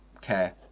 care